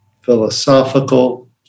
philosophical